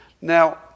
Now